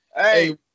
Hey